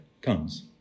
comes